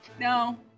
No